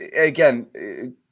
again